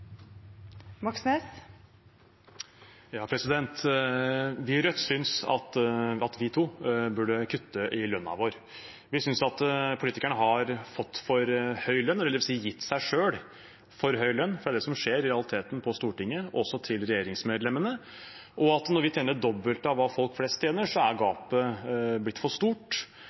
Vi i Rødt synes at vi to burde kutte i lønnen vår. Vi synes at politikerne har fått for høy lønn – eller, det vil si: gitt seg selv for høy lønn, for det er det som i realiteten skjer på Stortinget, også for regjeringsmedlemmene – og at når vi tjener det dobbelte av hva folk flest tjener, er gapet blitt for stort.